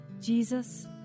Jesus